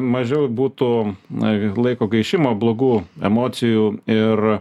mažiau būtų na laiko gaišimo blogų emocijų ir